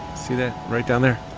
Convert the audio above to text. see that? right down there.